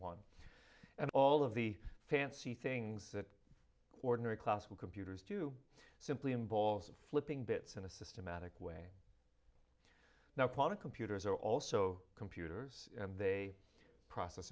one and all of the fancy things that ordinary classical computers do simply involves flipping bits in a systematic way now part of computers are also computers and they process